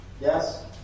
Yes